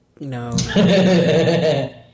No